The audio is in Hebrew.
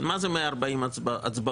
מה זה 140 הצבעות?